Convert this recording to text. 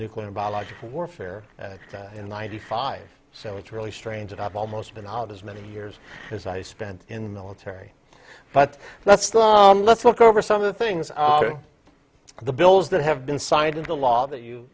nuclear biological warfare in ninety five so it's really strange that i've almost been out as many years as i spent in the military but let's let's look over some of the things the bills that have been signed into law that you